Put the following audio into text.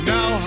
Now